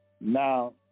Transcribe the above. Now